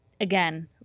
again